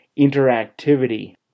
interactivity